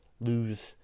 lose